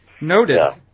Noted